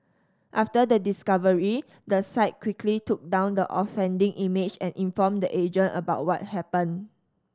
after the discovery the site quickly took down the offending image and informed the agent about what happened